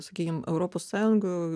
sakykim europos sąjungoj